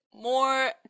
more